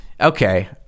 okay